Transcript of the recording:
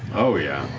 oh yeah.